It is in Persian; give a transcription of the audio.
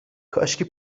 کاشکی